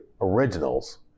originals